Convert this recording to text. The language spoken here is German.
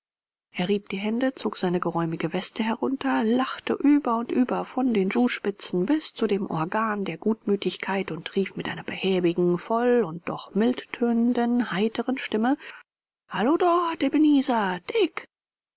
er rieb die hände zog seine geräumige weste herunter lachte über und über von den schuhspitzen bis zu dem organ der gutmütigkeit und rief mit einer behäbigen voll und doch mild tönenden heitern stimme hallo dort ebenezer dick